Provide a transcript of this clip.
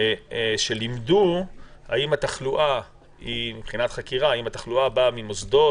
שלימדו האם התחלואה באה ממוסדות,